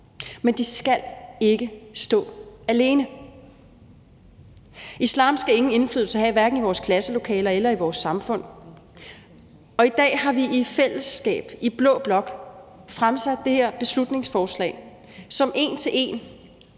men de skal ikke stå alene. Islam skal ikke have nogen indflydelse, hverken i vores klasselokaler eller i vores samfund. Og i dag har vi i fællesskab i blå blok fremsat det her beslutningsforslag som en til en